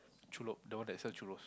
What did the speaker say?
Chun-Lok the one that sell churros